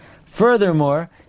Furthermore